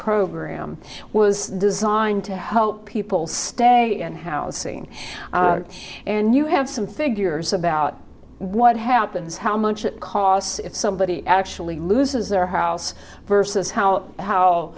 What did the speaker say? program was designed to help people stay in housing and you have some figures about what happens how much it costs if somebody actually loses their house versus how how